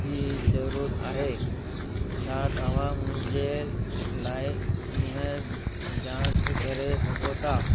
जी ज़रूरत आहे छा तव्हां मुंहिंजे लाइ इहो जांच करे सघो था